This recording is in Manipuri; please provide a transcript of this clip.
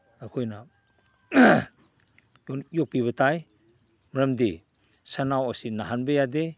ꯑꯩꯈꯣꯏꯅ ꯌꯣꯛꯄꯤꯕ ꯇꯥꯏ ꯃꯔꯝꯗꯤ ꯁꯟꯅꯥꯎ ꯑꯁꯤ ꯅꯥꯍꯟꯕ ꯌꯥꯗꯦ